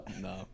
no